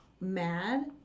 MAD